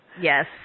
Yes